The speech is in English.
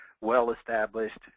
well-established